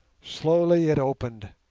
slowly it opened,